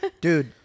Dude